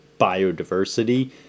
biodiversity